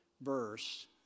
verse